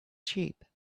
sheep